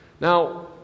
Now